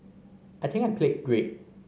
I think I played great